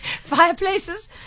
fireplaces